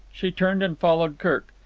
she turned and followed kirk.